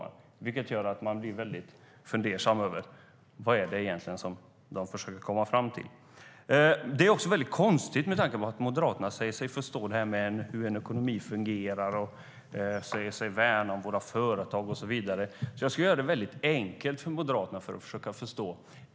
Det gör att man blir fundersam och undrar vad de försöker komma fram till. Detta är också mot bakgrund av att Moderaterna säger sig förstå hur en ekonomi fungerar, och man säger sig värna om våra företag och så vidare. Jag ska göra det väldigt enkelt, för att försöka få Moderaterna att förstå.